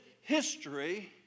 history